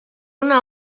una